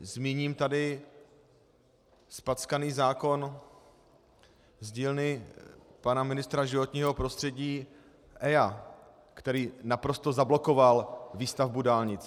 Zmíním tady zpackaný zákon z dílny pana ministra životního prostředí EIA, který naprosto zablokoval výstavbu dálnic.